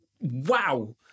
wow